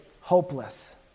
hopeless